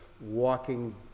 walking